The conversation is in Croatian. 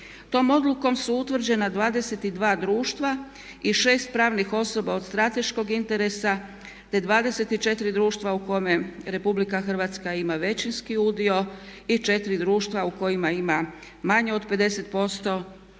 Tom odlukom su utvrđena 22 društva i 6 pravni osoba od strateškog interesa te 24 društva u kome RH ima većinski udio i 4 društva u kojima ima manje od 50% dionica